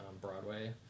Broadway